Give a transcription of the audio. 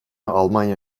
almanya